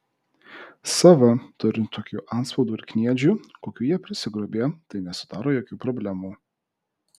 sava turint tokių antspaudų ir kniedžių kokių jie prisigrobė tai nesudaro jokių problemų